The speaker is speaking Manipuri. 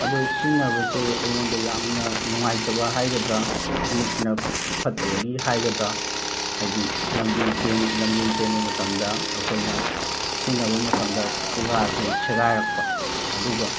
ꯑꯗꯣ ꯁꯤꯖꯤꯟꯅꯕꯁꯤ ꯑꯩꯉꯣꯟꯗ ꯌꯥꯝꯅ ꯅꯨꯡꯉꯥꯏꯇꯕ ꯍꯥꯏꯒꯗ꯭ꯔꯥ ꯈꯣꯡꯎꯞꯁꯤꯅ ꯐꯠꯇꯕꯒꯤ ꯍꯥꯏꯒꯗ꯭ꯔꯥ ꯍꯥꯏꯗꯤ ꯂꯝꯕꯤ ꯂꯝꯖꯦꯟ ꯆꯦꯟꯕ ꯃꯇꯝꯗ ꯑꯩꯈꯣꯏꯅ ꯁꯤꯖꯤꯟꯅꯕ ꯃꯇꯝꯗ ꯈꯨꯒꯥꯁꯦ ꯁꯦꯒꯥꯏꯔꯛꯄ ꯑꯗꯨꯒ